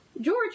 George